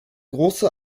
große